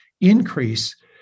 increase